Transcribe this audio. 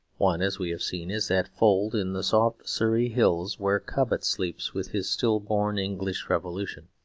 one, as we have seen, is that fold in the soft surrey hills where cobbett sleeps with his still-born english revolution.